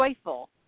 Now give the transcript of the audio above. joyful